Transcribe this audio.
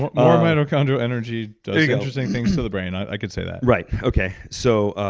more mitochondrial energy does interesting things to the brain. i can say that. right, okay. so